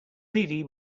led